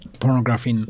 pornography